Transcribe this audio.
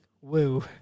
Woo